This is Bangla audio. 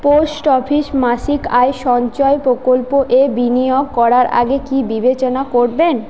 পোস্ট অফিস মাসিক আয় সঞ্চয় প্রকল্পে বিনিয়োগ করার আগে কী বিবেচনা করবেন